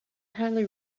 highly